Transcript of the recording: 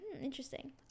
interesting